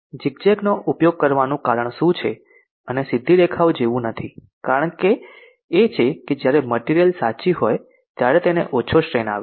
zigzag નો ઉપયોગ કરવાનું કારણ શું છે અને સીધી રેખાઓ જેવું નથી કારણ એ છે કે જ્યારે મટિરિયલ સાચી હોય ત્યારે તેને ઓછો સ્ટ્રેન આવે છે